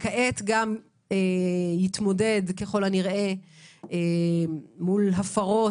וכעת גם יתמודד ככל הנראה מול הפרות